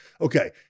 Okay